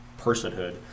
personhood